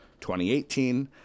2018